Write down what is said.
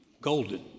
golden